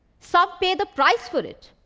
some pay the price for it.